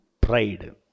pride